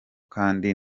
kandi